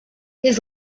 his